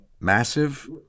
Massive